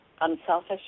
Unselfish